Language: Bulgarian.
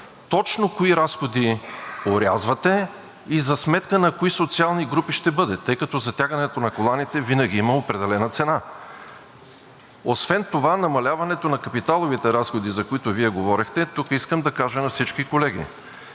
точно кои разходи орязвате и за сметка на кои социални групи ще бъде, тъй като затягането на коланите винаги има определена цена? Освен това намаляването на капиталовите разходи, за които Вие говорихте тук, искам да кажа на всички колеги.